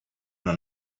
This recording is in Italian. una